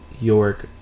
York